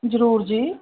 ਜ਼ਰੂਰ ਜੀ